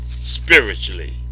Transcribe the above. spiritually